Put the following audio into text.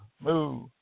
move